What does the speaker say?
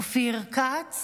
אופיר כץ